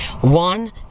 one